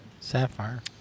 Sapphire